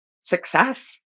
success